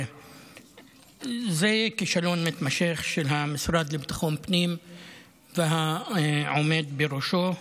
זה כישלון מתמשך של המשרד לביטחון לאומי והעומד בראשו,